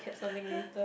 add something later